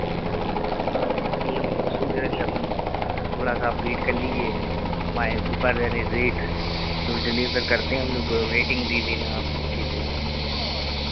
हाँ इसलिए हम सोच रहे कि हम थोड़ा सा आप वेट कर लीजिए हमाए ऊपर यानि रेट जो डिलीवर करते हैं हम लोग रेटिंग दे देना आप अच्छे से